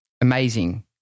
amazing